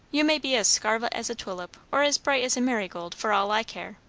you may be as scarlet as a tulip or as bright as a marigold, for all i care.